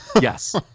Yes